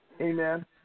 Amen